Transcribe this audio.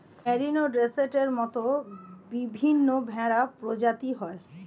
merino, ডর্সেটের মত বিভিন্ন ভেড়া প্রজাতি হয়